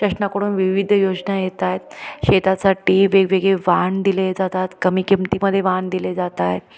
शासनाकडून विविध योजना येत आहेत शेतासाठी वेगवेगळी वाहन दिले जातात कमी किमतीमध्ये वाहन दिले जात आहे